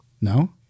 No